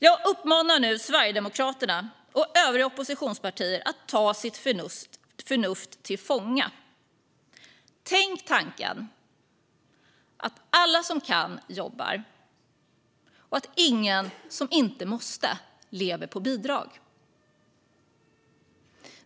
Jag uppmanar nu Sverigedemokraterna och övriga oppositionspartier att ta sitt förnuft till fånga. Tänk tanken att alla som kan jobbar och att ingen lever på bidrag som inte måste!